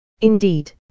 Indeed